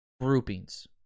groupings